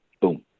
boom